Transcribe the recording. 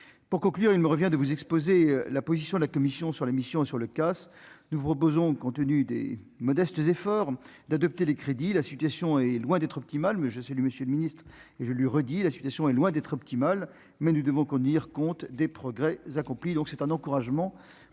pour conclure, il me revient de vous exposer la position de la Commission sur l'émission sur le casse-nouveau boson, compte tenu des modestes efforts d'adopter les crédits, la situation est loin d'être optimales mais je salue Monsieur le Ministre et je lui redis la situation est loin d'être optimales, mais nous devons conduire compte des progrès accomplis, donc c'est un encouragement